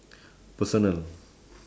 personal